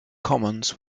commons